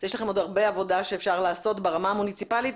יש לכם עוד הרבה עבודה שאפשר לעשות ברמה המוניציפאלית